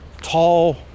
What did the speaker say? tall